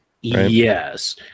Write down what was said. yes